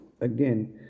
again